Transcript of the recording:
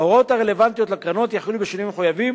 ההוראות הרלוונטיות לקרנות יחולו בשינויים המחויבים